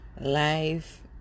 life